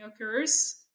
occurs